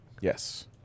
Yes